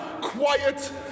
quiet